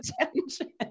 attention